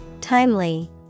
Timely